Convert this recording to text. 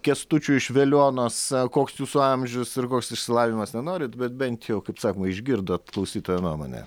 kęstučiui iš veliuonos koks jūsų amžius ir koks išsilavinimas nenorit bet bent jau kaip sakoma išgirdot klausytojo nuomonę